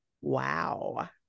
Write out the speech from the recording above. Wow